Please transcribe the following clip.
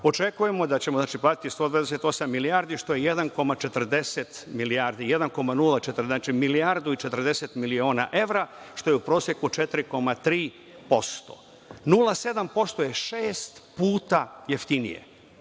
očekujemo da ćemo platiti 128 milijardi, što je milijardu i 40 miliona evra, što je u proseku 4,3%, 0,7% je šest puta jeftinije.